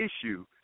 issue